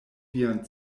vian